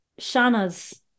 Shana's